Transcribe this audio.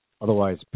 Otherwise